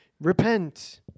repent